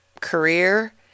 career